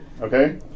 Okay